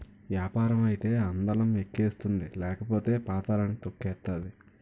యాపారం అయితే అందలం ఎక్కిస్తుంది లేకపోతే పాతళానికి తొక్కేతాది